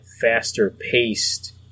faster-paced